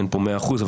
אין פה מאה אחוז,